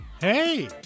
Hey